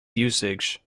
usage